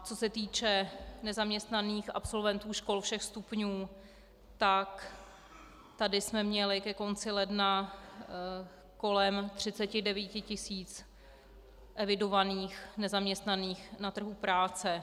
Co se týče nezaměstnaných absolventů škol všech stupňů, tak tady jsme měli ke konci ledna kolem 39 tisíc evidovaných nezaměstnaných na trhu práce.